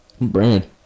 Brand